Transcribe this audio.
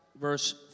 verse